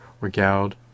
regaled